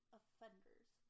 offenders